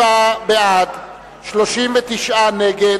27 בעד, 39 נגד,